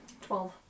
Twelve